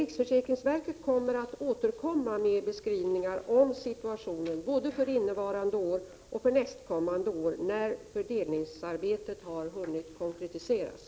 Riksförsäkringsverket skall återkomma med beskrivningar om situationen avseende både innevarande och nästkommande år när fördelningsarbetet har hunnit konkretiseras.